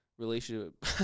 relationship